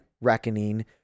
Reckoning